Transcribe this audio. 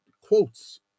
quotes